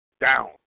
down